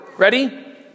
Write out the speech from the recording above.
Ready